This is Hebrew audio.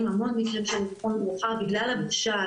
המון מקרים של אבחון מאוחר בגלל הבושה,